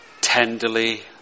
tenderly